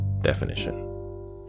definition